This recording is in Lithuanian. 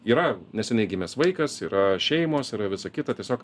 yra neseniai gimęs vaikas yra šeimos yra visa kita tiesiog